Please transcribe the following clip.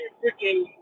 freaking